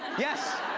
yes.